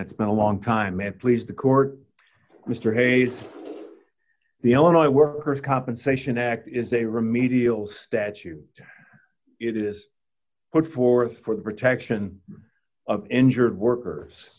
it's been a long time and please the court mr hayes the only workers compensation act is a remedial statute it is put forth for the protection of injured workers